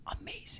amazing